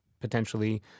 potentially